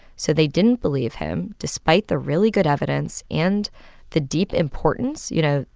so they didn't believe him despite the really good evidence and the deep importance. you know,